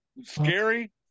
scary